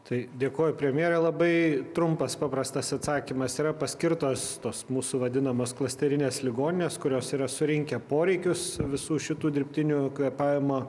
tai dėkoju premjere labai trumpas paprastas atsakymas yra paskirtos tos mūsų vadinamos klasterinės ligoninės kurios yra surinkę poreikius visų šitų dirbtinių kvėpavimo